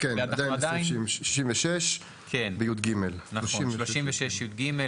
בסעיף 36יג. סעיף 36יג,